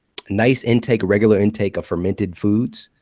nice intake, a regular intake of fermented foods,